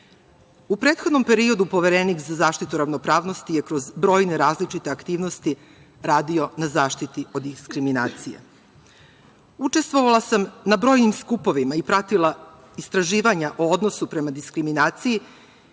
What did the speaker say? prethodnom periodu Poverenik za zaštitu ravnopravnosti je kroz brojne različite aktivnosti radio na zaštiti od diskriminacije. Učestvovala sam na brojnim skupovima i pratila istraživanja o odnosu prema diskriminaciji